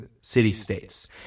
city-states